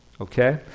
Okay